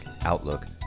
outlook